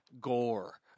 gore